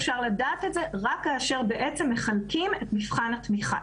אפשר לדעת את זה רק כאשר מחלקים את מבחן התמיכה.